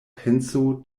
penso